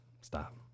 stop